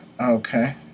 okay